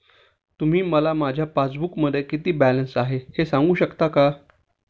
तुम्ही मला माझ्या पासबूकमध्ये किती बॅलन्स आहे हे सांगू शकता का?